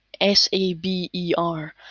S-A-B-E-R